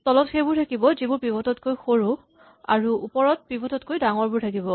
তলত সেইবোৰ থাকিব যিবোৰ পিভট তকৈ সৰু আৰু ওপৰত পিভট তকৈ ডাঙৰবোৰ থাকিব